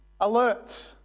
alert